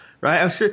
right